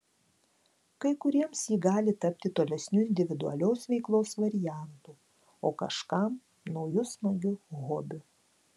kai kuriems ji gali tapti tolesniu individualios veiklos variantu o kažkam nauju smagiu hobiu